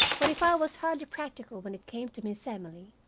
but if i was hardly practical when it came to miss emily,